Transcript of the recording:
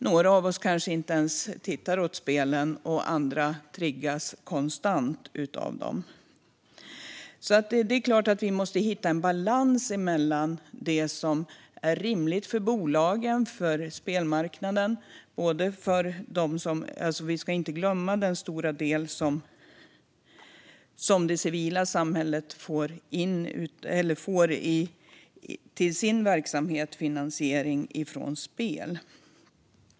Några av oss kanske inte ens tittar åt spel, medan andra triggas konstant av det. Vi måste hitta en balans när det gäller vad som är rimligt för bolagen och spelmarknaden, men vi ska inte glömma den stora finansiering som det civila samhället får in till sin verksamhet från spel.